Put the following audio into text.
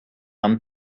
and